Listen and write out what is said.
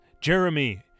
Jeremy